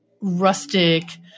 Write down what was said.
rustic